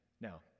Now